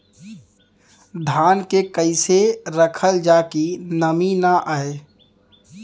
धान के कइसे रखल जाकि नमी न आए?